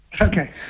Okay